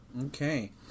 Okay